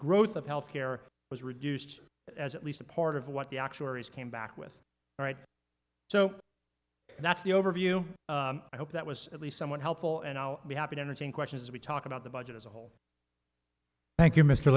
growth of health care was reduced as at least part of what the actuaries came back with right so that's the overview i hope that was at least somewhat helpful and i'll be happy to entertain questions as we talk about the budget as a whole thank you mr